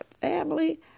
family